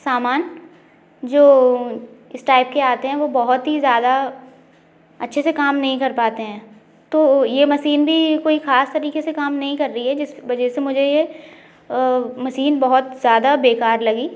सामान जो इस टाइप के आते हैं वह बहुत ही ज़्यादा अच्छे से काम नहीं कर पाते हैं तो यह मशीन भी कोई ख़ास तरीके से काम नहीं कर रही है जिस वजह से मुझे यह मशीन बहुत ज़्यादा बेकार लगी